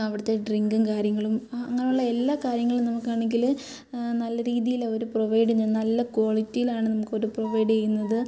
അവിടുത്തെ ഡ്രിങ്കും കാര്യങ്ങളും അങ്ങനുള്ള എല്ലാ കാര്യങ്ങളും നമുക്കാണെങ്കിൽ നല്ല രീതിയിൽ അവർ പ്രൊവൈഡ് ചെയ്യുന്ന നല്ല ക്വാളിറ്റിയിലാണ് നമുക്ക് അവർ പ്രൊവൈഡ് ചെയ്യുന്നത്